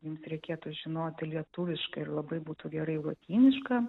jums reikėtų žinoti lietuviškai ir labai būtų gerai lotynišką